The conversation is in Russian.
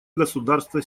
государства